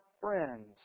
friends